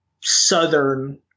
southern